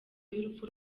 y’urupfu